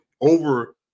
over